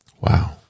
Wow